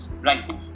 Right